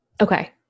Okay